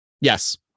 Yes